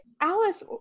Alice